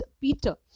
Peter